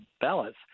ballots